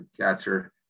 catcher